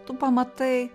tu pamatai